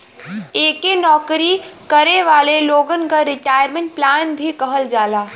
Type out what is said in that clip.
एके नौकरी करे वाले लोगन क रिटायरमेंट प्लान भी कहल जाला